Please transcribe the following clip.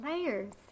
layers